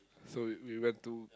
so we we went to